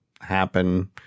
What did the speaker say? happen